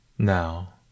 Now